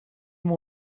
moi